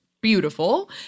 Beautiful